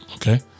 Okay